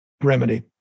remedy